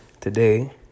today